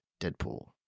Deadpool